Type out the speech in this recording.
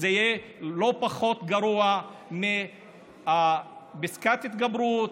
זה יהיה לא פחות גרוע מפסקת ההתגברות,